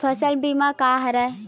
फसल बीमा का हरय?